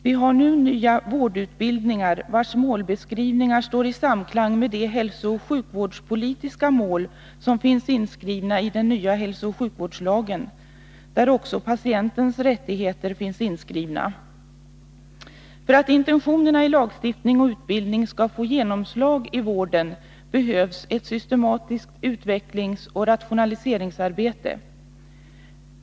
Vi har nu nya vårdutbildningar vilkas målbeskrivningar står i samklang med de hälsooch sjukvårdspolitika mål som finns inskrivna i den nya hälsooch sjukvårdslagen, där också patientens rättigheter finns inskrivna. För att intentionerna i lagstiftning och utbildning skall få genomslag i vården behövs ett systematiskt utvecklingsoch rationaliseringsarbete.